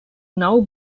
now